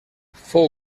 fou